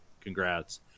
congrats